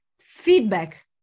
feedback